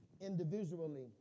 individually